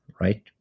right